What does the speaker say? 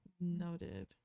Noted